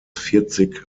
vierzig